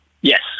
Yes